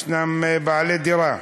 יש בעלי דירה.